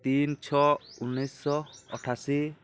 ତିନି ଛଅ ଉଣେଇଶହ ଅଠାଅଶୀ